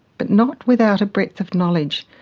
but not without a breadth of knowledge,